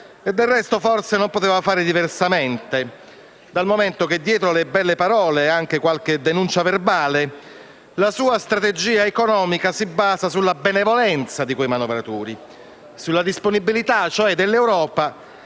Del resto, forse non poteva fare diversamente, dal momento che, dietro le belle parole e anche qualche denuncia verbale, la sua strategia economica si basa sulla benevolenza di quei manovratori, sulla disponibilità cioè dell'Europa